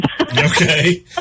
Okay